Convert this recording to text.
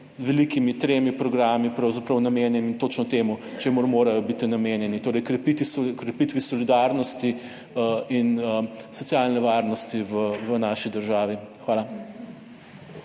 velikimi tremi programi pravzaprav namenjeno točno temu, čemur morajo biti namenjeni, torej krepitvi solidarnosti in socialne varnosti v naši državi. Hvala.